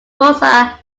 rosa